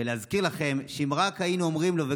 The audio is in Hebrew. ונזכיר לכם שאם רק היינו אומרים לו כן,